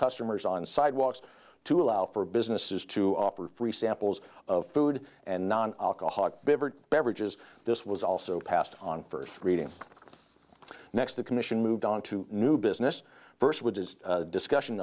customers on sidewalks to allow for businesses to offer free samples of food and non alcoholic beverage beverages this was also passed on first reading next the commission moved on to new business first with his discussion